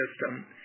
system